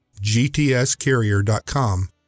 gtscarrier.com